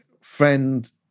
friend